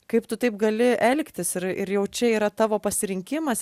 kaip tu taip gali elgtis ir ir jau čia yra tavo pasirinkimas